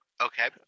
okay